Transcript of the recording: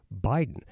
Biden